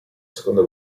seconda